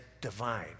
divine